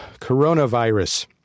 coronavirus